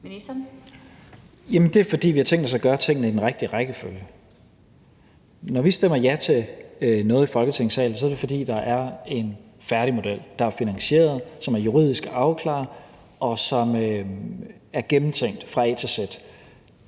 det er, fordi vi har tænkt os at gøre tingene i den rigtige rækkefølge. Når vi stemmer ja til noget i Folketingssalen, er det, fordi der er en færdig model, der er finansieret, som er juridisk afklaret, og som er gennemtænkt fra A til Z.